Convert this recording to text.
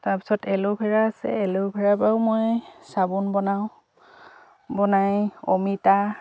তাৰপাছত এল'ভেৰা আছে এল'ভেৰাৰ পৰাও মই চাবোন বনাওঁ বনাই অমিতা